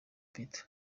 peter